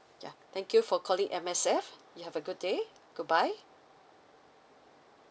yeah thank you for calling M_S_F you have a good day goodbye